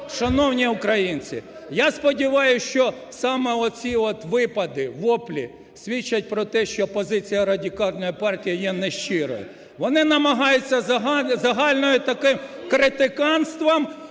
шановні українці! Я сподіваюсь, що саме оці от випади, воплі свідчать про те, що позиція Радикальної партії є нещира. Вони намагаються загальним таким критиканством